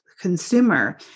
consumer